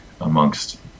amongst